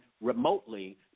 remotely